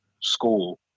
School